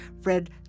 Fred